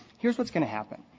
here's what's going to happen.